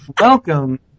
Welcome